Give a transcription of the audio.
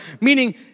Meaning